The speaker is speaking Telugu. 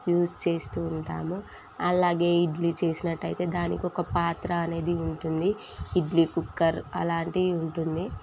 యూజ్ చేస్తూ ఉంటాము అలాగే ఇడ్లీ చేసినట్టు అయితే దానికొక పాత్ర అనేది ఉంటుంది ఇడ్లీ కుక్కర్ అలాంటివి ఉంటుంది